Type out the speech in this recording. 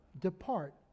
depart